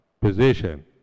position